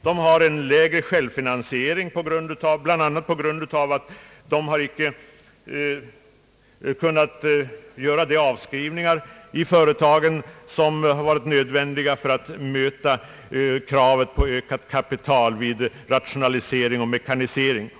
De har en lägre självfinansiering bl.a. på grund av att de icke har kunnat göra de avskrivningar som varit nödvändiga för att möta kravet på ökat kapital vid rationalisering och mekanisering.